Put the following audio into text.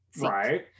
right